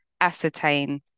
ascertain